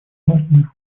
важными